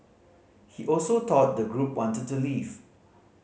he also thought the group wanted to leave